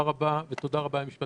תודה רבה למשתתפים.